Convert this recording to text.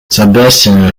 sebastian